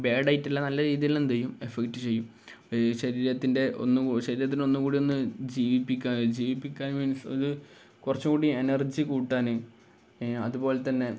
ബാഡായിട്ടല്ല നല്ല രീതിലെന്തെയ്യും എഫക്റ്റ് ചെയ്യും ശരീരത്തിൻ്റെ ശരീരത്തിനെ ഒന്നുകൂടി ഒന്ന് ജീവിപ്പിക്കുക ജീപ്പിക്കാൻ മീൻസ് അതു കുറച്ചുകൂടി എനർജി കൂട്ടാന് അതുപോലെ തന്നെ